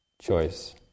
choice